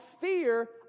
fear